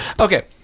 okay